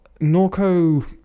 Norco